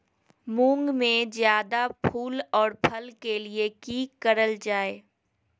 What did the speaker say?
मुंग में जायदा फूल और फल के लिए की करल जाय?